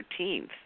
13th